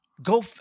Go